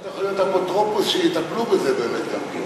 אם אתה יכול להיות האפוטרופוס שיטפל בזה גם כן?